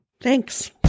Thanks